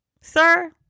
Sir